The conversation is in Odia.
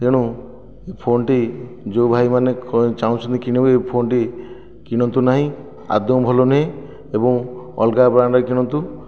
ତେଣୁ ଏହି ଫୋନ୍ଟି ଯେଉଁ ଭାଇମାନେ ଚାହୁଁଛନ୍ତି କିଣିବେ ଏଇ ଫୋନ୍ଟି କିଣନ୍ତୁ ନାହିଁ ଆଦୌ ଭଲନୁହେଁ ଏବଂ ଅଲଗା ବ୍ରାଣ୍ଡ୍ରେ କିଣନ୍ତୁ